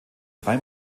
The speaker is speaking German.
drei